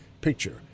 picture